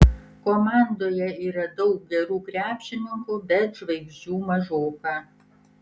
komandoje yra daug gerų krepšininkų bet žvaigždžių mažoka